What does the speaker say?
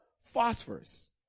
phosphorus